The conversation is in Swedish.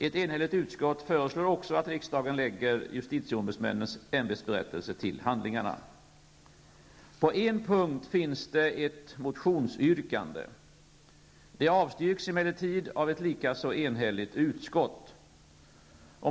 Ett enhälligt utskott föreslår också att riksdagen lägger justitieombudsmännens ämbetsberättelse till handlingarna. På en punkt finns det ett motionsyrkande. Det avstyrks emellertid av ett likaså enhälligt utskott.